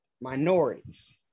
Minorities